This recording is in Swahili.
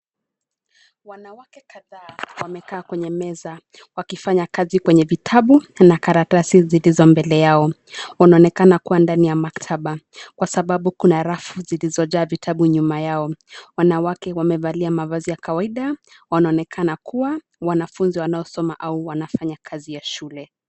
Wanawake kadhaa wamekaa kwenye meza wakifanya kazi kwenye vitabu na karatasi zilizo mbele yao. Wanaonekana kuwa ndani ya maktaba kwasababu kuna rafu zilizojaa vitabu nyuma yao. Wanawake wamevalia mavazi ya kawaida, wanaonekana kuwa wanafunzi wanaosoma au wanafanya kazi ya shule.